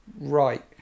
right